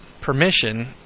permission